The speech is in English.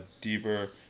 Dever